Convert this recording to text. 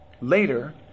Later